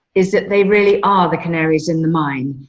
is that they really are the canaries in the mine.